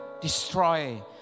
destroy